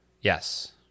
Yes